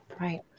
Right